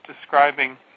describing